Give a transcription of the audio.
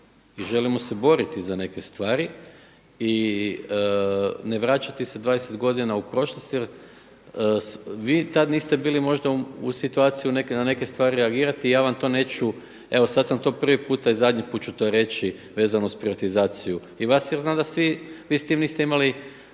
i želimo se boriti za neke stvari i ne vraćati se 20 godina u prošlost jer vi tad niste bili možda u situaciji na neke stvari reagirati i ja vam to neću, evo sad sam to prvi puta i zadnji put ću to reći vezano uz privatizaciju i vas jer znam da vi s tim niste imali